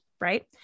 Right